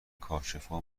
کاشفا